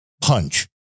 Punch